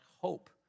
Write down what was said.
hope